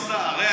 גדעון סער.